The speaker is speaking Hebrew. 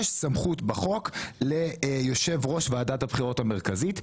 יש סמכות בחוק ליושב ראש ועדת הבחירות המרכזית .